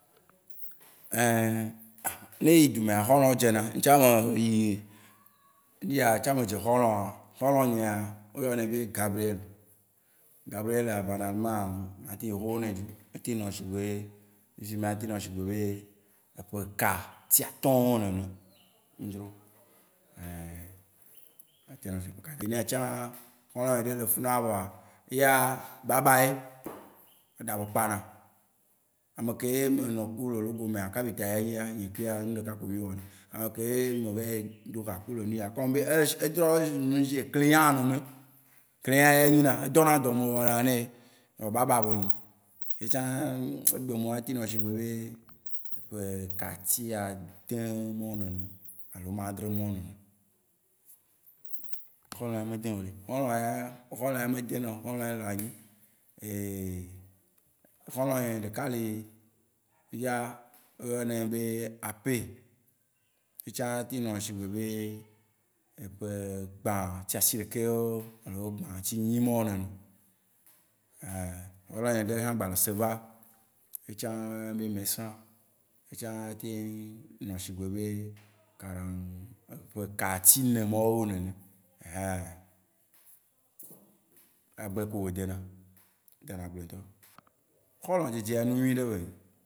ne eyi du mea, xɔlɔ wó dze na. Ntsã me yi nuya, ntsã me dze xɔlɔ. Xɔlɔ nyea, wó yɔ nae be Gabriel. Gabriel aa banalement aa, mate nyi xoxo nɛ dzro. Ate nɔ sigbe be, fifi mea, ate nɔ sigbe be eƒe kati atɔ mawó nene. nye tsã, xɔlɔ nye ɖe le funua vɔa eya baba ye. Eɖa be kpa na. Ame ke ye me nɔku le logomea kapita yea nyi. Yea nye kuia, nu ɖeka kpo mí wɔ na. Ame keye me vayi do ha ku le nuya comme be ele num sie client nene. Client yea nyu nam. Edɔ na dɔm mewɔ na nae ye. Vɔ baba be nyu. Yetsã, egbe me wóa, ate nɔ sigbe be ɛƒe kati ade mawó nene, alo ame adre mawó nene. Xɔlɔ yea me dẽ o ɖe. Xɔlɔ yea, xɔlɔ yea me dẽ na oo. Xɔlɔ yea le anyi. Xɔlɔnye ɖeka li, fifia wó yɔ nae be Ape. Yetsã ate nɔ si gbe be eƒe gbã ti asi ɖeke wó alo gbã ti enyi mawó nene. Xɔlɔ nye ɖe tsã gba le seva. Yetsã wó yɔ nae be Mesan. Yetsã ete nɔ shigbe be eƒe ka ti ene mawo nene. Ɛhɛ. Agble kpo be dena. Ede na agble ŋutɔ. Xɔlɔ dze dze yea, enu nyuiɖe be nyu.